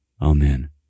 Amen